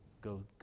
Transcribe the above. go